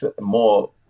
more